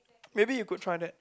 maybe you could try that